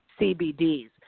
CBDs